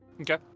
Okay